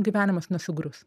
gyvenimas nesugrius